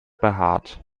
behaart